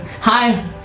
Hi